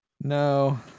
No